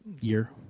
year